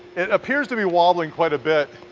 it appears to be wobbling quite a bit,